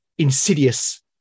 Insidious